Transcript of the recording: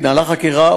התנהלה חקירה,